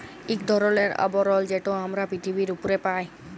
ইক ধরলের আবরল যেট আমরা পিথিবীর উপ্রে পাই